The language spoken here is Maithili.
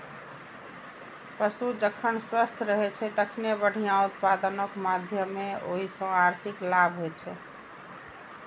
पशु जखन स्वस्थ रहै छै, तखने बढ़िया उत्पादनक माध्यमे ओइ सं आर्थिक लाभ होइ छै